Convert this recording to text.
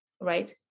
right